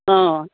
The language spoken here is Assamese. অঁ